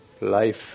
life